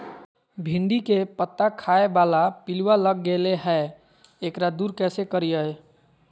भिंडी के पत्ता खाए बाला पिलुवा लग गेलै हैं, एकरा दूर कैसे करियय?